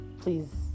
Please